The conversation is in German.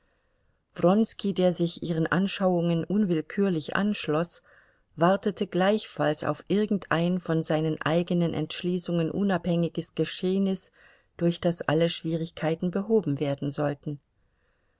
wronski der sich ihren anschauungen unwillkürlich anschloß wartete gleichfalls auf irgendein von seinen eigenen entschließungen unabhängiges geschehnis durch das alle schwierigkeiten behoben werden sollten